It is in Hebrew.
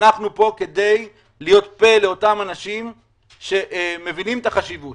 אנחנו פה כדי להיות פה לאותם אנשים המבינים את החשיבות